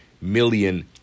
million